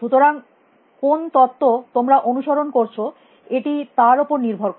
সুতরাং কোন তত্ত্ব তোমরা অনুসরণ করছ এটি তার উপর নির্ভর করে